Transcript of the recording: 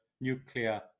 nuclear